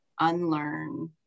unlearn